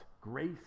grace